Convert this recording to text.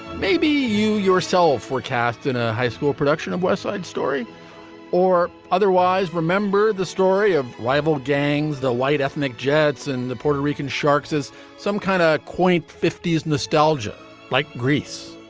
maybe you yourself were cast in a high school production of west side story or otherwise. remember the story of rival gangs, the white ethnic jets and the puerto rican sharks as some kind of quaint fifty s nostalgia like greece?